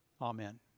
Amen